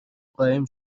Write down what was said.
قایم